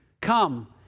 come